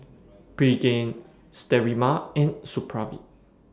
Pregain Sterimar and Supravit